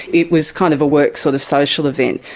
it was kind of a work sort of social event.